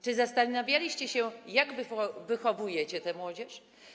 Czy zastanawialiście się, jak wychowujecie tę młodzież?